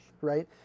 right